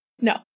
No